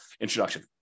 introduction